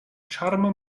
ĉarma